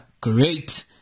great